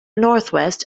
northwest